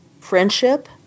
Friendship